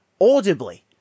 audibly